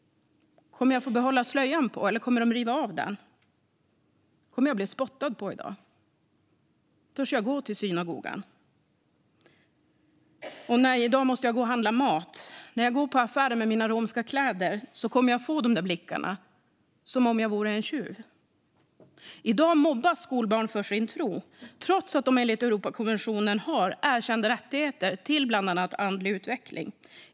Kommer jag att få behålla slöjan på, eller kommer de att riva av den? Kommer jag bli spottad på i dag? Törs jag gå till synagogan? Ånej, i dag måste jag gå och handla mat! När jag går till affären med mina romska kläder kommer jag att få de där blickarna, som om jag vore en tjuv. I dag mobbas skolbarn för sin tro, trots att de enligt Europakonventionen har erkända rättigheter till bland annat andlig utveckling.